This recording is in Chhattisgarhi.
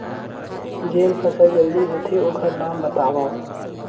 जेन फसल जल्दी होथे ओखर नाम बतावव?